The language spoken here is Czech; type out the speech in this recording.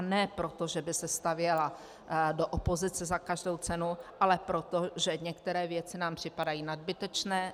Ne proto, že by se stavěla do opozice za každou cenu, ale proto, že některé věci nám připadají nadbytečné.